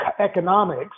economics